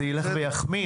זה ילך ויחמיר.